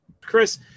Chris